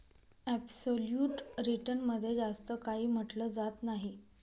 absolute return मध्ये जास्त काही म्हटलं जात नाही